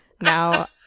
Now